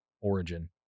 origin